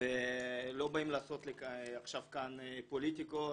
והם לא באים לכאן לעשות פוליטיקות,